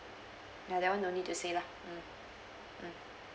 ya that [one] no need to say lah mm mm